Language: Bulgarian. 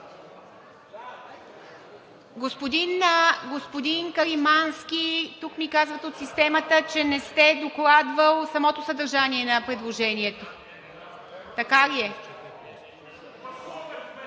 Господин Каримански, от системата казват, че не сте докладвали самото съдържание на предложението. Така ли е?